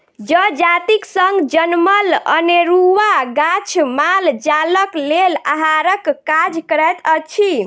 जजातिक संग जनमल अनेरूआ गाछ माल जालक लेल आहारक काज करैत अछि